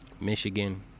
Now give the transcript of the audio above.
Michigan